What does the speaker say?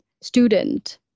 student